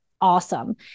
awesome